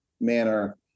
manner